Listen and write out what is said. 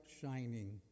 shining